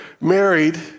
married